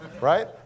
right